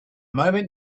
moment